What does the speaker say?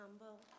humble